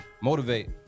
Motivate